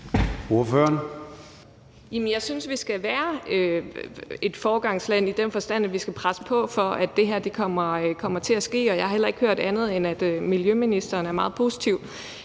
jeg synes, at vi skal være et foregangsland i den forstand, at vi skal presse på for, at kan det her kommer til at ske. Og jeg har heller ikke hørt andet, end at miljøministeren er meget positivt